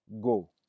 Go